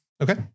Okay